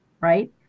right